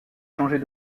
changer